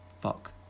Fuck